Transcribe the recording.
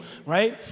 Right